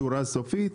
שורה סופית,